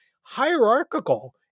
hierarchical